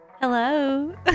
hello